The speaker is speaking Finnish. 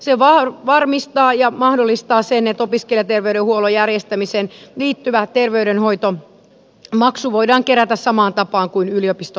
se varmistaa ja mahdollistaa sen että opiskelijaterveydenhuollon järjestämiseen liittyvä terveydenhoitomaksu voidaan kerätä samaan tapaan kuin yliopisto opiskelijoilla